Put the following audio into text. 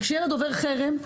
וכשיהיה לדובר חרם,